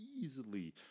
easily